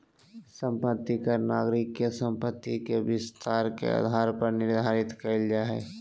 संपत्ति कर नागरिक के संपत्ति के विस्तार के आधार पर निर्धारित करल जा हय